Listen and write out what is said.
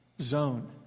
zone